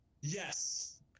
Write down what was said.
Yes